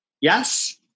Yes